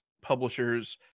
publishers